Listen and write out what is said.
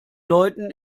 läuten